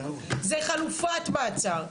זה חלופת מעצר,